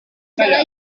adalah